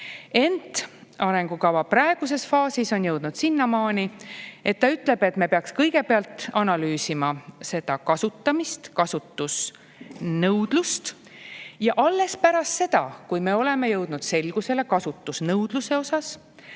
Ent arengukava on praeguses faasis jõudnud sinnamaani, et see ütleb, et me peaks kõigepealt analüüsima kasutusnõudlust ja alles pärast seda, kui me oleme jõudnud kasutusnõudluses